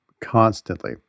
constantly